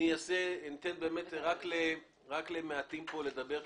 אתן רק למעטים פה לדבר,